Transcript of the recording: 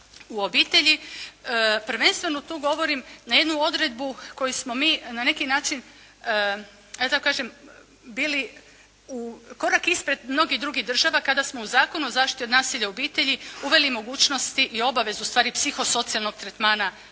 u obitelji. Prvenstveno tu govorim na jednu odredbu koju smo mi na neki način da tako kažem bili korak ispred mnogih drugih država kada smo u Zakonu o zaštiti od nasilja u obitelji uveli mogućnosti i obavezu ustvari psihosocijalnog tretmana